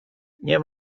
nie